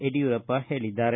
ಯಡಿಯೂರಪ್ಪ ಹೇಳಿದ್ದಾರೆ